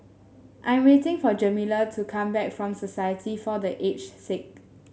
I'm waiting for Jamila to come back from Society for The Aged Sick